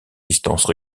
distances